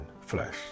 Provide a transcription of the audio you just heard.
flesh